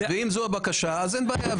אם זו הבקשה, אין בעיה.